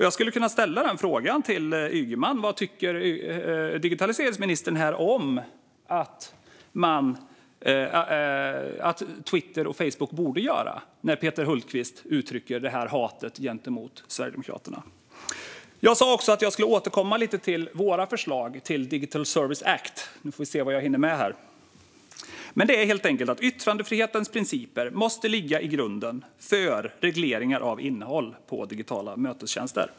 Jag skulle kunna fråga Ygeman: Vad tycker digitaliseringsministern att Twitter och Facebook borde göra när Peter Hultqvist uttrycker detta hat gentemot Sverigedemokraterna? Jag sa också att jag skulle återkomma lite till våra förslag om en digital service act. Vi får se vad jag hinner med här. Men vi menar helt enkelt att yttrandefrihetens principer måste ligga till grund för regleringar av innehåll på digitala mötestjänster.